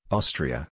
Austria